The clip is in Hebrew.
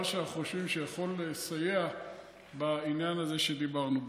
שאנחנו חושבים שיכול לסייע בעניין הזה שדיברנו בו.